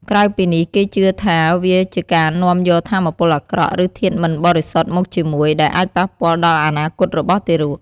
ក្រៅពីនេះ គេក៏ជឿថាវាជាការនាំយកថាមពលអាក្រក់ ឬធាតុមិនបរិសុទ្ធមកជាមួយ ដែលអាចប៉ះពាល់ដល់អនាគតរបស់ទារក។